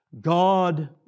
God